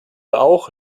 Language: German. auch